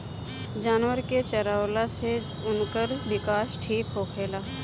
जानवर के चरवला से उनकर विकास ठीक होखेला